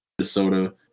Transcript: Minnesota